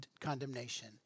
condemnation